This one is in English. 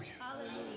Hallelujah